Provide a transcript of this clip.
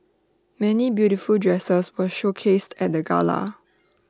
many beautiful dresses were showcased at the gala